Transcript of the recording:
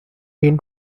been